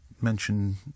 mention